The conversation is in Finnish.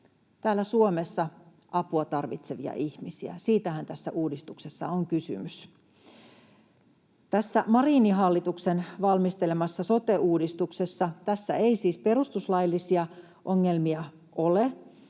täällä Suomessa apua tarvitsevia ihmisiä. Siitähän tässä uudistuksessa on kysymys. Tässä Marinin hallituksen valmistelemassa sote-uudistuksessa ei siis perustuslaillisia ongelmia ole,